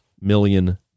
million